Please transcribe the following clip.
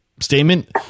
statement